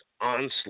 onslaught